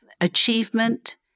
achievement